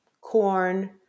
corn